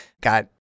got